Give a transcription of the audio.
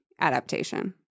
adaptation